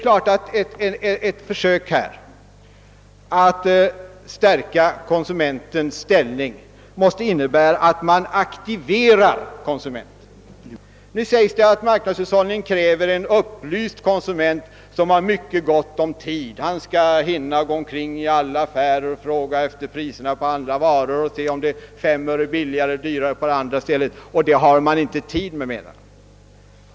Ett försök att stärka konsumentens ställning måste innebära att man aktiverar konsumenten. Nu sägs det att marknadshushållningen kräver en upplyst konsument som har gott om tid — han skall hinna gå omkring i alla affärerna och fråga efter priserna på alla varor för att se om det är fem eller tio öre billigare på det ena eller det andra stället, och det har han ingen tid med, menar man.